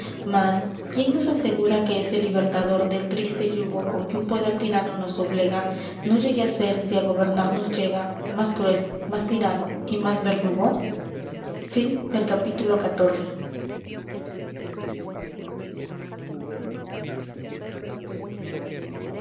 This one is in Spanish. mas quién nos asegura que ese libertador del triste yugo con que un poder tirano nos doblega no llegue á ser si á gobernarnos llega más cruel m á s tirano y m á s verdugo